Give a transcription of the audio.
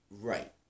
right